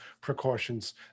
precautions